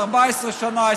14 שנה,